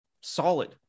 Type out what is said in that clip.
solid